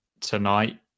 tonight